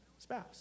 Spouse